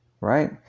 Right